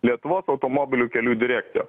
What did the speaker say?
lietuvos automobilių kelių direkciją